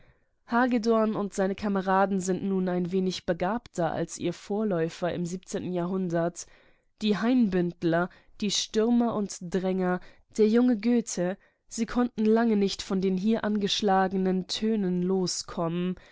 und seine kameraden sind begabter als ihre vorläufer im jahrhundert die hainbündler die stürmer und dränger der junge goethe sie konnten lange nicht von den hier angeschlagenen tönen loskommen